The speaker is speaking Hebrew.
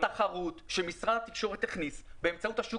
התחרות שמשרד התקשורת הכניס באמצעות השוק